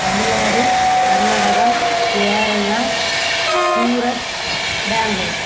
Tamil Nadu Karnataka Kerala Surat Bangalore